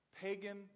Pagan